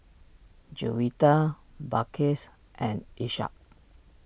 Juwita Balqis and Ishak